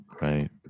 Right